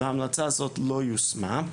וההמלצה הזאת לא יושמה,